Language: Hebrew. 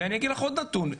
ואגיד לך עוד נתון,